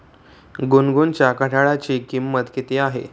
गुनगुनच्या घड्याळाची किंमत किती आहे?